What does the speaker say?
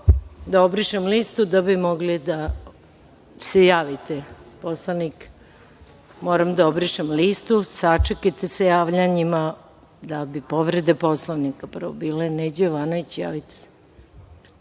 da obrišem listu da bi mogli da se javite. Moram da obrišem listu. Sačekajte sa javljanjima da bi povrede Poslovnika prvo bile. Neđo Jovanović, javite se.